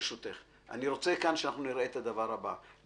אני רוצה שאנחנו נראה כאן את הדבר הבא.